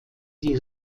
die